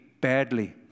badly